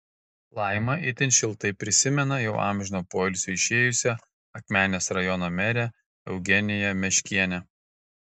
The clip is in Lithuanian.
laima itin šiltai prisimena jau amžino poilsio išėjusią akmenės rajono merę eugeniją meškienę